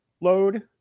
load